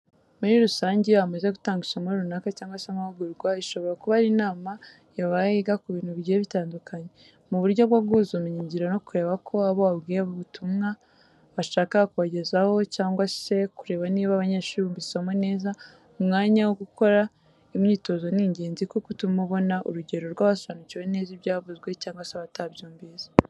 Muri rusange iyo hamaze gutangwa isomo runaka cyangwa se amahugurwa, ishobora kuba ari n'inama yabaye yiga ku bintu bigiye bitandukanye. Mu buryo bwo guhuza ubumenyingiro no kureba ko abo wabwiye ubutumbwa washakaga kubageza ho cyangwa se kureba niba abanyeshuri bumvise isomo neza umwanya wo gukora imyiotozo ni ingenzi kuko utuma ubona urugero rwabasobanukiwe neza ibyavuzwe cyangwa se abatabyumvise.